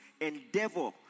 endeavor